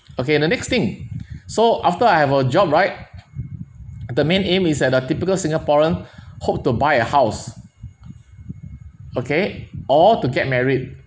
okay the next thing so after I have a job right the main aim is as a typical singaporean hope to buy a house okay or to get married